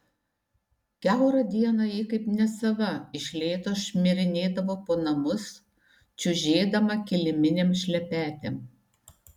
kiaurą dieną ji kaip nesava iš lėto šmirinėdavo po namus čiužėdama kiliminėm šlepetėm